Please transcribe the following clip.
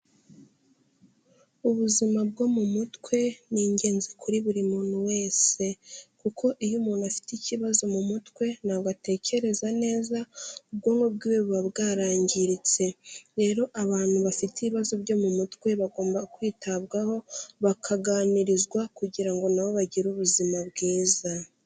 Ubuzima bwo mu mutwe, ni ingenzi kuri buri muntu wese kuko iyo umuntu afite ikibazo mu mutwe ntabwo atekereza neza, ubwonko bwiwe buba bwarangiritse. Rero abantu bafite ibibazo byo mu mutwe, bagomba kwitabwaho, bakaganirizwa kugira ngo na bo bagire ubuzima bwiza.